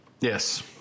Yes